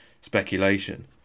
speculation